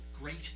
great